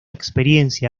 experiencia